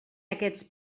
aquests